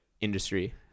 industry